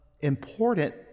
important